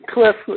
Cliff